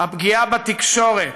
הפגיעה בתקשורת,